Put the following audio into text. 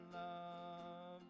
love